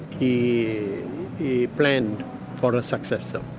he he planned for a successor.